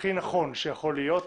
והכי נכון שיכול להיות,